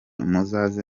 muzaze